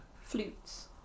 Flutes